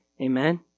Amen